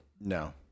No